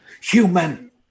Human